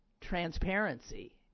transparency